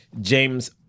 James